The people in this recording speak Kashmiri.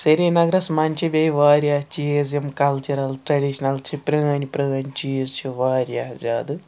سریٖنَگرَس منٛز چھِ بیٚیہِ واریاہ چیٖز یِم کَلچِرَل ٹرٛیٚڈِشنَل چھِ پرٛٲنۍ پرٛٲنۍ چیٖز چھِ واریاہ زیادٕ